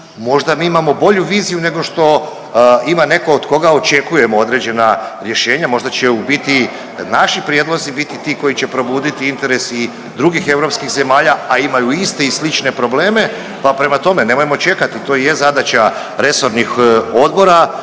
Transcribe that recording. Možda mi imamo bolju viziju nego što ima netko od koga očekujemo određena rješenja. Možda će u biti naši prijedlozi biti ti koji će probuditi interes i drugih europskih zemalja, a imaju iste i slične probleme, pa prema tome nemojmo čekati to i je zadaća resornih odbora